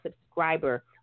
subscriber